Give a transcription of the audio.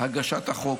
הגשת החוק,